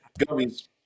gummies